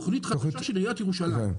זו תוכנית חדשה של עיריית ירושלים.